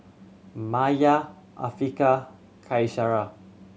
Maya Afiqah Qaisara